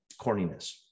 corniness